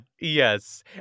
yes